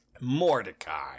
Mordecai